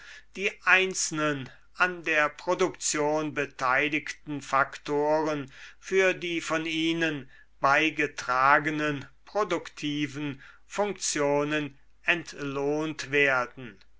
die einzelnen an der produktion beteiligten faktoren für die von ihnen beigetragenen produktiven funktionen entlohnt werden